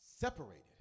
Separated